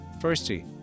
Firstly